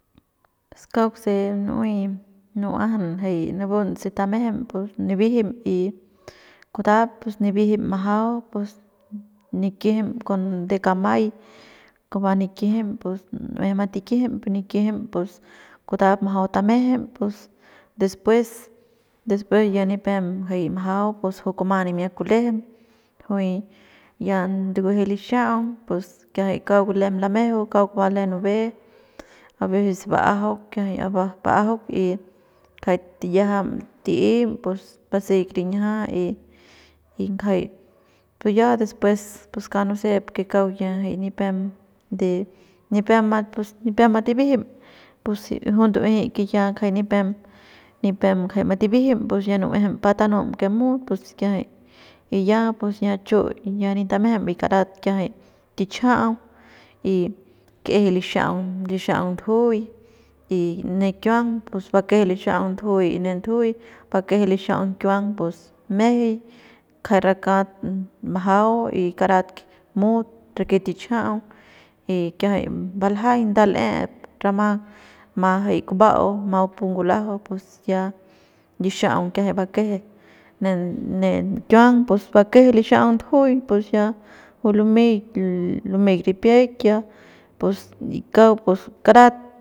Pus kauk se nu'uey nu'uajan jay napun se tamejem pus nibijim y kutap pus nibijim majau pus nikijim con de kamay kuba nikijim pus nu'ueje matikijim pus kutap majau tamejem pues depues después ya nipem jay majau pus juy kuma nimia kulejem juy ya ndukueje lixa'aung pus kiajay kauk lem lamejeu kauk ba lem nube abecés ba'ajauk kiajay ba'ajauk y jay tiyiajam ti'im pus baseik rinjia y ngajay ya después ous kauk nusep que kauk ya nipem de nipem ma tibijim pus juy ndu'ueje que ya kjai nipem nipem njaik matibijim ya nu'uejem patanum que mut pus kiajay y ya y ya chu ya nin tamejem y karat kiajay tichajau y kje lixaung lixaung ndujuy y ne kiuang bakeje lixaung ndujuy y ne ndujuy bakeje lixaung kiuang pus mjey kjay rakat majau y karat mut raket tichajau y kiajay baljaiñ nda l'ep rama ma jay kuba'au ma bupu ngul'ajau pus ya lixaung kiajay bakeje ne ne kiuang pus bakeje lixaung ndujuy pus ya juy lumeik lumeik ripiaik ya pus y kauk y karat.